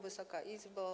Wysoka Izbo!